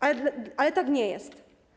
Ale tak nie jest.